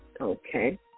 Okay